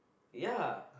ya